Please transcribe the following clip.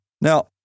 Now